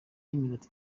y’iminota